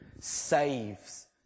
saves